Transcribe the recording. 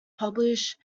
published